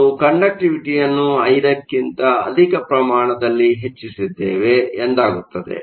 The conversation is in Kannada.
ನಾವು ಕಂಡಕ್ಟಿವಿಟಿಯನ್ನು 5 ಕ್ಕಿಂತ ಅಧಿಕ ಪ್ರಮಾಣದಲ್ಲಿ ಹೆಚ್ಚಿಸಿದ್ದೇವೆ ಎಂದಾಗುತ್ತದೆ